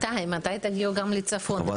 מתי תגיעו גם לצפון?